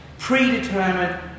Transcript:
Predetermined